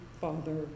Father